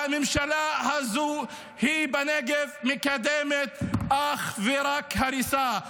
והממשלה הזו מקדמת בנגב אך ורק הריסה.